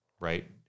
right